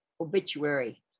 obituary